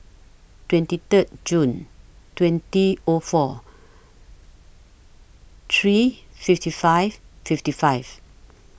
twenty Third June twenty O four three fifty five fifty five